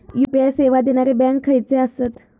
UPI सेवा देणारे bank खयचे आसत?